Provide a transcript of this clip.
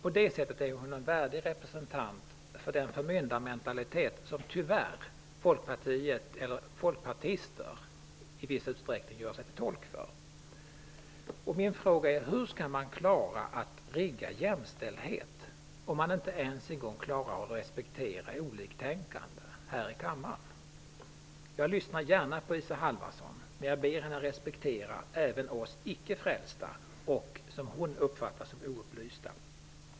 På det sättet är hon en värdig representant för den förmyndarmentalitet som tyvärr folkpartister i viss utsträckning gör sig till tolk för. Min fråga är: Hur skall man klara att skapa jämställdhet om man inte ens en gång klarar av att respektera oliktänkande här i kammaren? Jag lyssnar gärna på Isa Halvarsson, men jag ber henne respektera även oss icke-frälsta och, som hon uppfattar det, oupplysta.